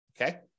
Okay